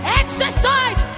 exercise